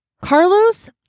Carlos